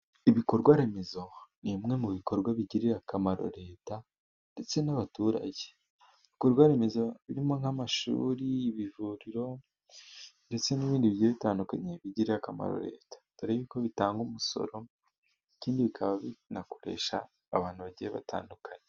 Ibikorwa remezo ni bimwe mu bikorwa bigirira akamaro Leta ndetse n'abaturage. Ibikorwaremezo birimo nk'amashuri, amavuriro ndetse n'ibindi bitandukanye, bigirira akamaro Leta dore y'uko bitanga umusoro, ikindi bikaba binakoresha abantu bagiye batandukanye.